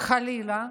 חלילה,